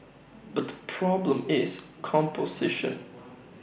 but the problem is composition